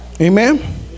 Amen